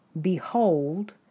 Behold